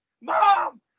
Mom